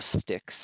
sticks